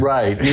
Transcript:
Right